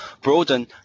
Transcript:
broaden